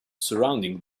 surrounding